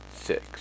six